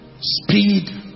speed